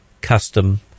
custom